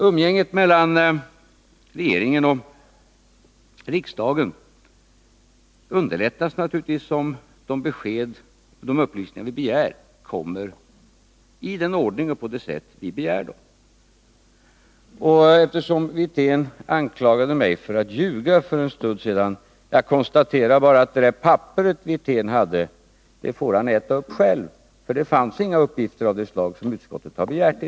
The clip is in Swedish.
Umgänget mellan regeringen och riksdagen underlättas naturligtvis om vi i vederbörlig ordning får de uppgifter vi begär. Herr Wirtén anklagade för en stund sedan mig för att ljuga. Jag konstaterar bara att det papper som han hade, det får han äta upp själv. I det fanns inga uppgifter av det slag som utskottet hade begärt.